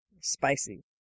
spicy